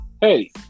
hey